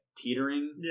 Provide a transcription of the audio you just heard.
teetering